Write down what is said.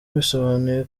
bisobanuye